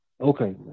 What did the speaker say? Okay